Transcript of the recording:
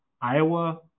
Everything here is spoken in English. Iowa